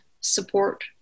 support